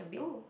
oh